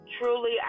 Truly